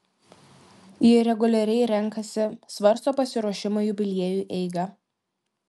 ji reguliariai renkasi svarsto pasiruošimo jubiliejui eigą